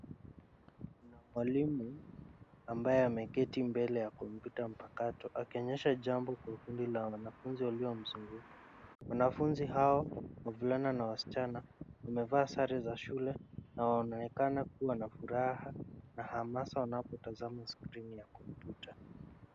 Kuna mwalimu ambaye ameketi mbele ya kompyuta mpakato akionyesha jambo kwa kundi la wanafunzi waliomzunguka. Wanafunzi hao, wavulana na wasichana, wamevaa sare za shule na wanaonekana kuwa na furaha na hamasa wanapotazama skrini ya kompyuta.